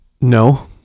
No